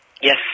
Yes